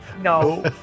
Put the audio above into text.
no